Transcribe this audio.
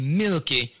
milky